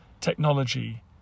technology